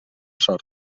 sort